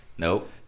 Nope